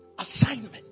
Assignment